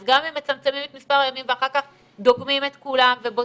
אז גם אם מצמצמים את מספר הימים ואחר כך דוגמים את כולם ובודקים.